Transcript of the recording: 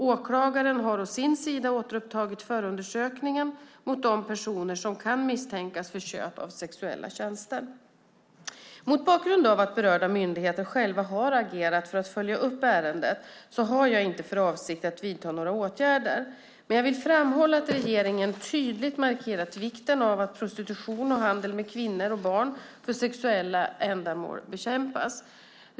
Åklagaren har å sin sida återupptagit förundersökningen mot de personer som kan misstänkas för köp av sexuella tjänster. Mot bakgrund av att berörda myndigheter själva har agerat för att följa upp ärendet har jag inte för avsikt att vidta några åtgärder. Men jag vill framhålla att regeringen tydligt har markerat vikten av att prostitution och handel med kvinnor och barn för sexuella ändamål bekämpas.